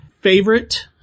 favorite